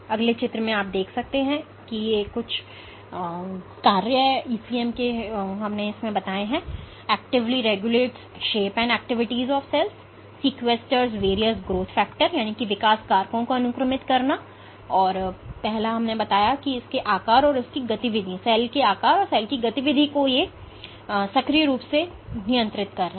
इसलिए जैसा कि मैंने कहा कि विकास के तथ्य इन विकास कारकों में से कुछ वास्तव में मैट्रिक्स में जुड़े हुए हैं